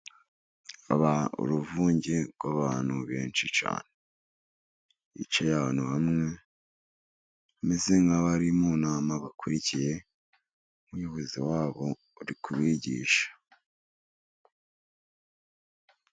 Aba uruvunge rw'abantu benshi cyane bicaye ahantu hamwe, bameze nk'abari mu nama bakurikiye umuyobozi wabo ari kubigisha.